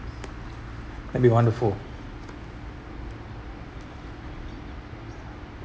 that'll be wonderful